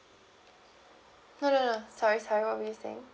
no no no sorry sorry what were you saying